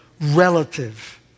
relative